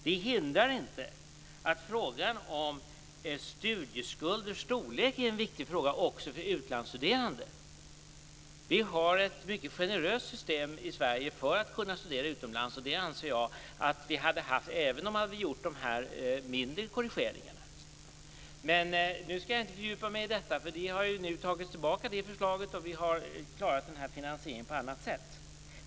Det hindrar inte att frågan om studieskulders storlek är en viktig fråga också för utlandsstuderande. Vi har ett mycket generöst system i Sverige för att kunna studera utomlands. Det anser jag att vi hade haft även om dessa mindre korrigeringar hade gjorts. Men nu skall jag inte fördjupa mig i detta, eftersom detta förslag har tagits tillbaka, och vi har klarat denna finansiering på annat sätt.